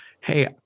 Hey